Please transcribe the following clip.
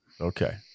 Okay